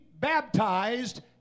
baptized